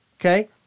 okay